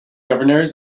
governors